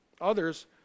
others